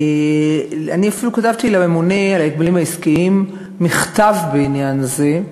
אפילו כתבתי לממונה על ההגבלים העסקיים מכתב בעניין הזה.